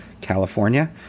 california